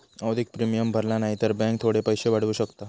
आवधिक प्रिमियम भरला न्हाई तर बॅन्क थोडे पैशे वाढवू शकता